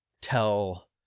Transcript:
tell